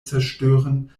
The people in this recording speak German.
zerstören